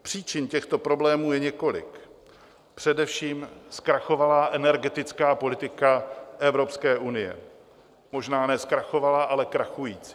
Příčin těchto problémů je několik, především zkrachovalá energetická politika Evropské unie možná ne zkrachovalá, ale krachující.